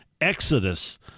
Exodus